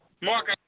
Mark